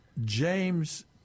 James